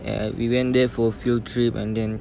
and we went there for field trip and then